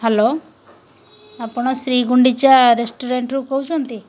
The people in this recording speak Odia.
ହ୍ୟାଲୋ ଆପଣ ଶ୍ରୀ ଗୁଣ୍ଡିଚା ରେଷ୍ଟୁରାଣ୍ଟରୁ କହୁଛନ୍ତି